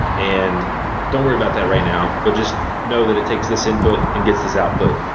and don't worry about that right now, but just know that it takes this input and gets this output.